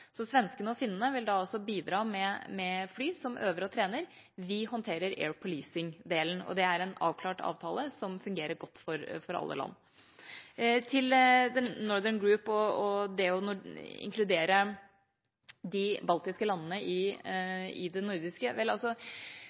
Svenskene og finnene vil også bidra med fly som øver og trener. Vi håndterer Air Policing-delen. Det er en avklart avtale som fungerer godt for alle land. Så til Northern Group og det å inkludere de baltiske landene i det nordiske